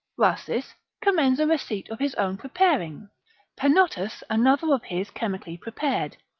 rhasis, commends a receipt of his own preparing penottus another of his chemically prepared,